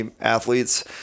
athletes